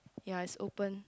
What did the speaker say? ya is open